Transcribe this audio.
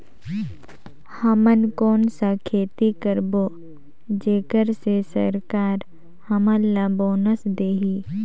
हमन कौन का खेती करबो जेकर से सरकार हमन ला बोनस देही?